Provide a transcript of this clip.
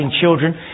children